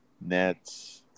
Nets